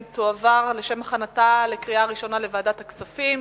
תועבר לשם הכנתה לקריאה ראשונה לוועדת הכספים.